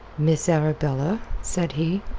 miss arabella, said he,